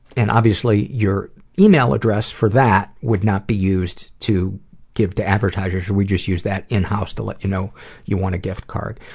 and obviously, your email address for that would not be used to give to advertisers we just use that in house to let you know you won a gift card.